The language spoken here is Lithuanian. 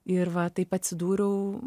ir va taip atsidūriau